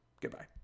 Goodbye